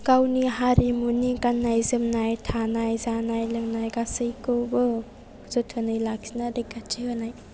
गावनि हारिमुनि गाननाय जोमनाय थानाय जानाय लोंनाय गासैखौबो जोथोनै लाखिना रैखाथि होनाय